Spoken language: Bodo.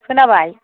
खोनाबाय